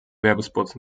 werbespots